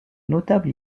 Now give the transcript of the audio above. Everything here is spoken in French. notables